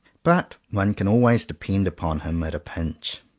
but one can always depend upon him at a pinch.